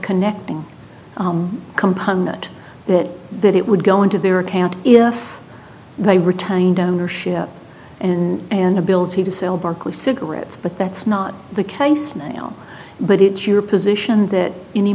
connecting component that that it would go into their account if they returned ownership and an ability to sell barclay cigarettes but that's not the case ma'am but it's your position that any